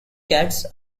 cats